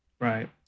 Right